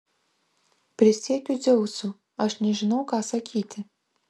prisiekiu dzeusu aš nežinau ką sakyti